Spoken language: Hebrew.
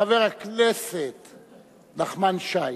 חבר הכנסת בן-ארי, ואחריו, חבר הכנסת נחמן שי.